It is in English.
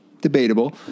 Debatable